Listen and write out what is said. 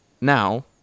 now